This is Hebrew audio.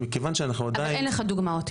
שמכיוון שאנחנו עדיין --- אבל אין לך דוגמאות,